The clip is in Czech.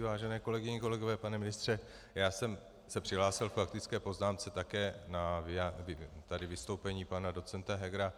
Vážené kolegyně, kolegové, pane ministře, já jsem se přihlásil k faktické poznámce také na vystoupení pana docenta Hegera.